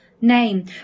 name